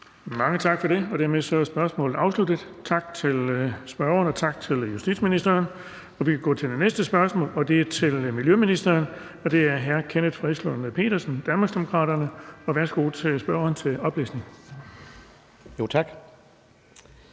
Mange tak for det, og dermed er spørgsmålet afsluttet. Tak til spørgeren, og tak til justitsministeren. Vi kan gå til det næste spørgsmål. Det er til miljøministeren, og det er af hr. Kenneth Fredslund Petersen, Danmarksdemokraterne. Kl. 13:27 Spm. nr. S 475